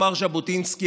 אמר ז'בוטינסקי,